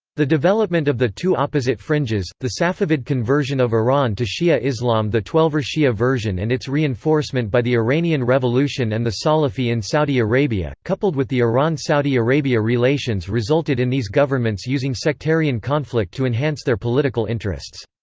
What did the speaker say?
the development of the two opposite fringes, the safavid conversion of iran to shia islam the twelver shia version and its reinforcement by the iranian revolution and the salafi in saudi arabia, coupled with the iran-saudi arabia relations resulted in these governments using sectarian conflict to enhance their political interests.